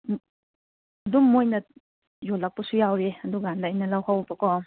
ꯎꯝ ꯑꯗꯨꯝ ꯃꯣꯏꯅ ꯌꯣꯜꯂꯛꯄꯁꯨ ꯌꯥꯎꯏ ꯑꯗꯨꯀꯥꯟꯗ ꯑꯩꯅ ꯂꯩꯍꯧꯕ ꯀꯧꯍꯧꯕꯀꯣ